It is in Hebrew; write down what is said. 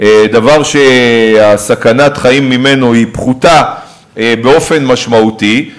דבר שסכנת החיים ממנו היא פחותה באופן משמעותי,